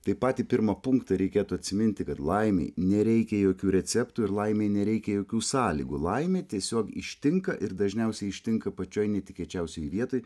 tai patį pirmą punktą reikėtų atsiminti kad laimei nereikia jokių receptų ir laimei nereikia jokių sąlygų laimė tiesiog ištinka ir dažniausiai ištinka pačioj netikėčiausioj vietoj